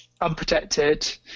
unprotected